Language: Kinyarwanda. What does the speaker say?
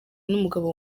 n’umugabo